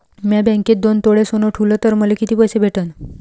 म्या बँकेत दोन तोळे सोनं ठुलं तर मले किती पैसे भेटन